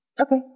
Okay